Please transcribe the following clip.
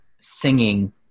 singing